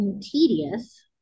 Tedious